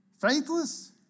Faithless